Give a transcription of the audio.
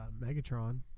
Megatron